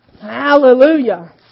Hallelujah